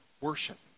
worship